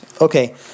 Okay